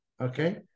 Okay